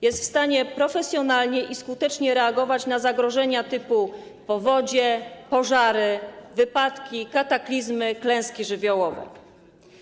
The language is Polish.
Jest w stanie profesjonalnie i skutecznie reagować na zagrożenia typu powodzie, pożary, wypadki, kataklizmy, klęski żywiołowe.